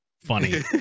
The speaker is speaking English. funny